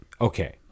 Okay